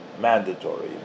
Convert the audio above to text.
mandatory